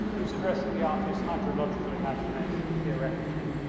is addressing the artists hydrological imagination, theoretically,